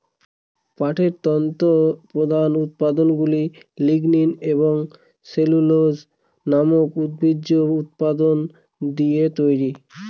পাটের তন্তুর প্রধান উপাদানগুলা লিগনিন এবং সেলুলোজ নামক উদ্ভিজ্জ উপাদান দিয়ে তৈরি